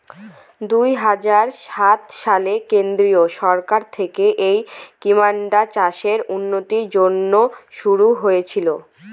দুই হাজার সাত সালে কেন্দ্রীয় সরকার থেকে এই স্কিমটা চাষের উন্নতির জন্যে শুরু হয়েছিল